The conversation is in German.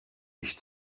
ich